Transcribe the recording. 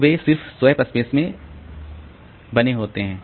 तो वे सिर्फ स्वैप स्पेस से बने होते हैं